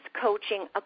coaching